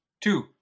Two